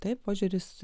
taip požiūris